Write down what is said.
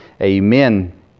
Amen